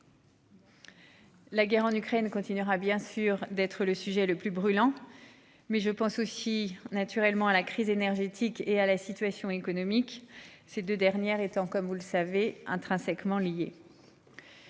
La guerre en Ukraine continuera bien sûr d'être le sujet le plus brûlant. Mais je pense aussi naturellement à la crise énergétique et à la situation économique ces 2 dernières étant comme vous le savez intrinsèquement liées.--